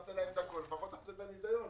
לפחות תעשה את הניסיון,